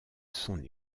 son